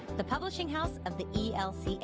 the publishing house of the elca.